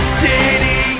city